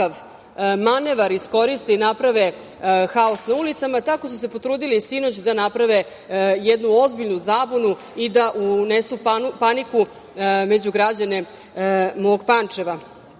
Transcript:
manevar iskoriste i naprave haos na ulicama, tako su se potrudili i sinoć da naprave jednu ozbiljnu zabunu i da unesu paniku među građane mog